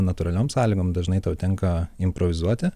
natūraliom sąlygom dažnai tau tenka improvizuoti